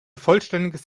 vollständiges